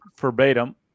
verbatim